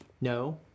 No